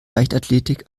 leichtathletik